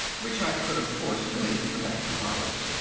which i could, of course, realise within a few hours.